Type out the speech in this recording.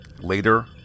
Later